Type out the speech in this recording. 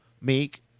make